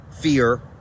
fear